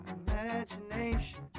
imagination